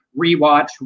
rewatch